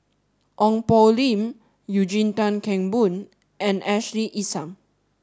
Ong Poh Lim Eugene Tan Kheng Boon and Ashley Isham